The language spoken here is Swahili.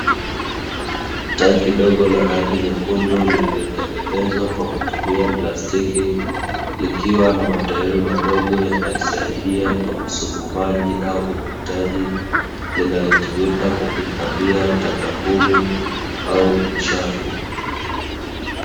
Tanki dogo la rangi nyekundu lililotengenezwa kwa kutumia plastiki, likiwa na matairi madogo yanayosaidia kwa usukumaji au uvutaji, linalotumika kuhifadhia taka ngumu au uchafu.